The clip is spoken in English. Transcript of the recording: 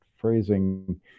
phrasing